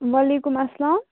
وعلیکُم اسلام